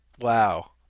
Wow